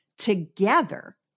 together